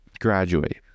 graduate